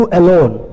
alone